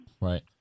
right